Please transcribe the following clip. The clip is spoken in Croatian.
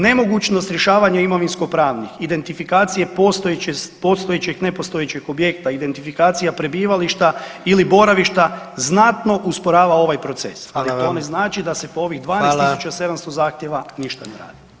Nemogućnost rješavanja imovinsko-pravnih, identifikacije postojećeg i nepostojećeg objekta, identifikacija prebivališta ili boravišta znatno usporava ovaj proces, [[Upadica: Hvala vam.]] ali to ne znači da se po ovih 12 700 zahtjeva [[Upadica: Hvala.]] ništa ne radi.